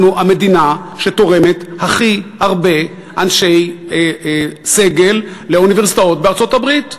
אנחנו המדינה שתורמת הכי הרבה אנשי סגל לאוניברסיטאות בארצות-הברית.